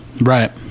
Right